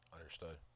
Understood